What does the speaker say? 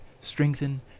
strengthen